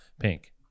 pink